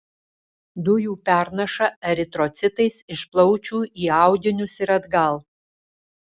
dujų pernaša eritrocitais iš plaučių į audinius ir atgal